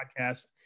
podcast